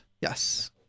Yes